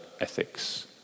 ethics